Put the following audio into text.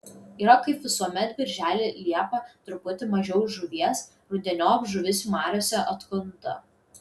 yra kaip visuomet birželį liepą truputį mažiau žuvies rudeniop žuvis mariose atkunta